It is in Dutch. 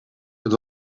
het